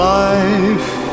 life